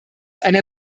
einer